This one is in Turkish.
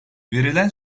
verilen